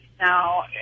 Now